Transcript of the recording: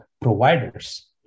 providers